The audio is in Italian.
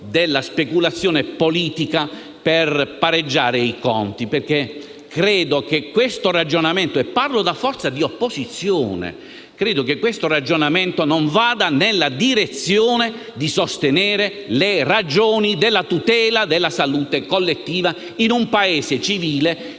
della speculazione politica per pareggiare i conti. Credo infatti che un simile ragionamento - parlo da forza di opposizione - non vada nella direzione di sostenere le ragioni della tutela della salute collettiva, in un Paese civile